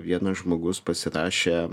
vienas žmogus pasirašė